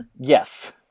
Yes